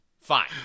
fine